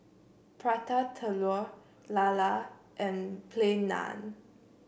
Prata Telur lala and Plain Naan